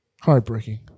Heartbreaking